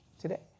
today